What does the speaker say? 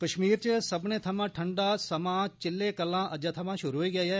कश्मीर च सब्मने थमां डंठा समा चिल्ले कलां अज्जै थमां शुरू होई गेआ ऐ